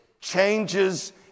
changes